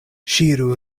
ŝiru